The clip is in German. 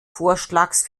vorschlags